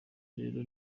rero